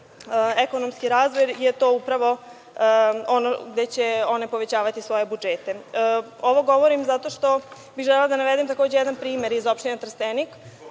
ekonomski razvoj, jer je to upravo ono gde će oni povećavati svoje budžete. Ovo govorim zato što bih želela da navedem jedan primer iz opštine Trstenik,